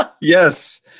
Yes